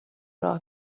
راه